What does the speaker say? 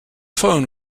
phone